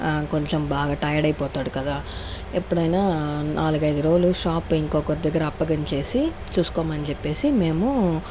కొంచం బాగా టయర్డ్ అయిపోతాడు కదా ఎప్పుడైనా నాలుగైదు రోజులు షాప్ ఇంకొకరి దగ్గర అప్పగించేసి చూస్కొని చెప్పేసి మేము